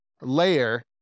layer